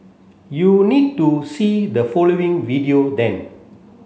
you need to see the following video then